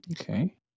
Okay